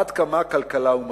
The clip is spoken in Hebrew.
עד כמה כלכלה היא מדע,